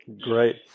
Great